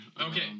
okay